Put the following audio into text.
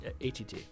ATT